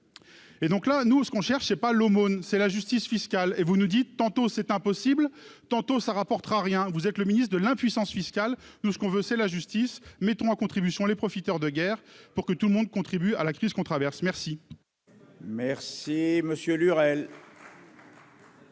Et donc là nous ce qu'on cherche c'est pas l'aumône, c'est la justice fiscale et vous nous dites, tantôt c'est impossible, tantôt ça rapportera rien, vous êtes le ministre de l'impuissance fiscale nous ce qu'on veut, c'est la justice, mettons à contribution les profiteurs de guerre pour que tout le monde contribue à la crise qu'on traverse, merci. Merci Monsieur